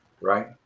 Right